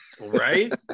Right